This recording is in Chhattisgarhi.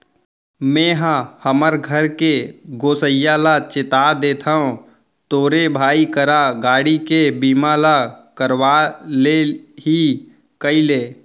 मेंहा हमर घर के गोसइया ल चेता देथव तोरे भाई करा गाड़ी के बीमा ल करवा ले ही कइले